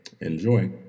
Enjoy